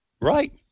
Right